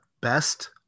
best